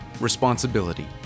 Responsibility